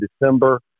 December